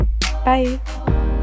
bye